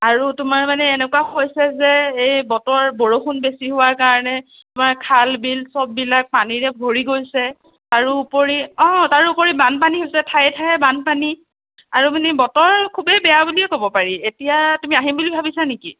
আৰু তোমাৰ মানে এনেকুৱা হৈছে যে এই বতৰ বৰষুণ বেছি হোৱাৰ কাৰণে আমাৰ খাল বিল চববিলাক পানীৰে ভৰি গৈছে তাৰোপৰি অঁ তাৰোপৰি বানপানী হৈছে ঠায়ে ঠায়ে বানপানী আৰু মানে বতৰ খুবেই বেয়া বুলিয়েই ক'ব পাৰি এতিয়া তুমি আহিম বুলি ভাবিছা নেকি